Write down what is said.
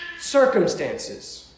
circumstances